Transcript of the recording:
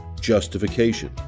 justification